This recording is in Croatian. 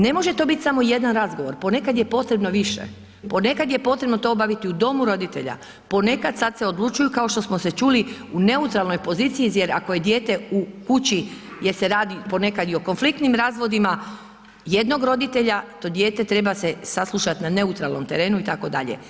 Ne može to biti samo jedan razgovor, ponekad je potrebno više, ponekad je potrebno to obaviti u domu roditelja, ponekad sad se odlučuju kao što smo se čuli u neutralnoj poziciji jer ako je dijete u kući gdje se radi ponekad i o konfliktnim razvodima jednog roditelja to dijete treba se saslušat na neutralnom terenu itd.